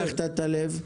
תודה שפתחת את הלב.